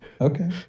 Okay